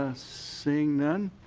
ah seeing none